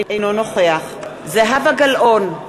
אינו נוכח זהבה גלאון,